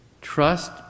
Trust